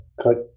click